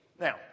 Now